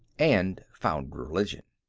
and found religion.